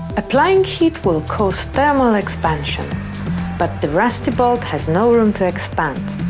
applying heat will cause thermal expansion but the rusty bolt has no room to expand.